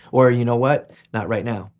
or you know what not right now.